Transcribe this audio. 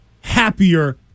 happier